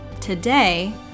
Today